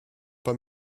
pas